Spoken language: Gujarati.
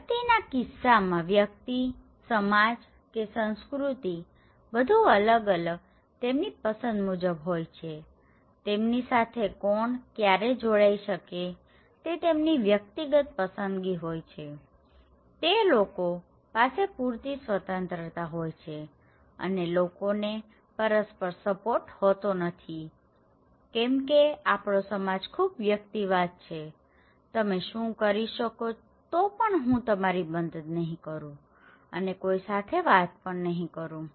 વ્યક્તિત્વના કિસ્સામાં વ્યક્તિ સમાજ કે સઁસ્કૃતિ બધું અલગ અલગ તેમની પસંદ મુજબ હોય છેતેમની સાથે કોણ ક્યારે જોડાઈ શકે તે તેમની વ્યક્તિગત પસંદગી હોય છેતે લોકો પાસે પૂરતી સ્વતંત્રતા હોય છે અને લોકોને પરસ્પર સપોર્ટ હોતો નથી કેમકે આપણો સમાજ ખૂબ વ્યક્તિવાદ છેતમે શું કરી શકો તો પણ હું તમારી મદદ નહીં કરું અને કોઈ સાથે વાત પણ નહીં કરું